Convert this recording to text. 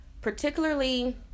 particularly